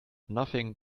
nothing